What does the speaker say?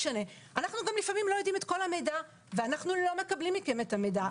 אנחנו לפעמים לא יודעים את כל המידע ואנחנו לא מקבלים מכם את המידע.